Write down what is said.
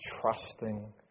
trusting